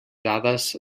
dades